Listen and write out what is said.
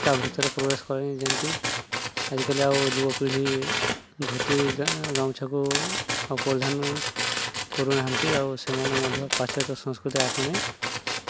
ତା ଭିତରେ ପ୍ରିବେଶ କରେନି ଯେମତି ଆଜିକାଲି ଆଉ ଯୁବପିଢ଼ି ଧୋତି ଗାମୁଛାକୁ ଆଉ ପରିଧାନ କରୁନାହାନ୍ତି ଆଉ ସେମାନେ ମଧ୍ୟ ପାଶ୍ଚତ୍ୟ ସଂସ୍କୃତି ଆପଣେଇ